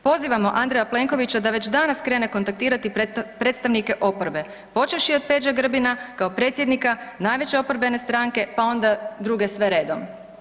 Pozivamo Andreja Plenkovića da već danas krene kontaktirati predstavnike oporbe počevši od Peđe Grbina kao predsjednika najveće oporbene stranke pa onda druge sve redom.